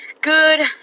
Good